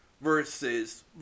versus